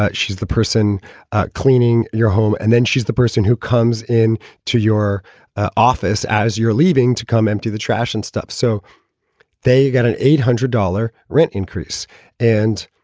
but she's the person cleaning your home. and then she's the person who comes in to your office as you're leaving to come empty the trash and stuff. so they got an eight hundred dollar rent increase and.